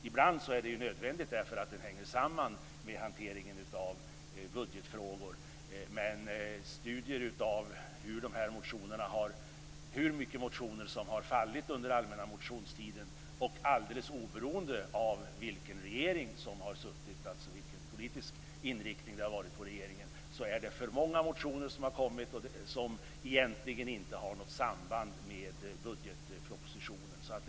Ibland är det nödvändigt därför att det hänger samman med hanteringen av budgetfrågor, men studier av antalet motioner som väckts under allmänna motionstiden visar - alldeles oberoende av vilken politisk inriktning regeringen har haft - att det väckts för många motioner som egentligen inte har något samband med budgetpropositionen.